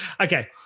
Okay